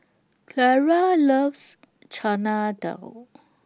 Clara loves Chana Dal